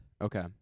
Okay